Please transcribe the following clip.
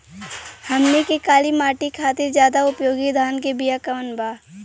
हमनी के काली माटी खातिर ज्यादा उपयोगी धान के बिया कवन बा?